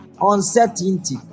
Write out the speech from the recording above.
Uncertainty